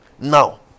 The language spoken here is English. Now